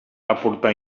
aportar